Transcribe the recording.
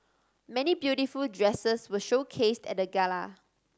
many beautiful dresses were showcased at the gala